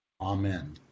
Amen